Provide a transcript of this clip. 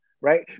right